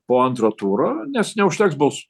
po antro turo nes neužteks bals